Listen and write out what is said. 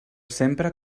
sempre